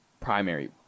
primary